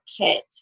kit